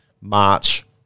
March